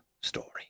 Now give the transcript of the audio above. story